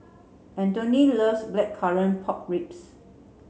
Anthoney loves blackcurrant pork ribs